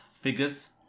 figures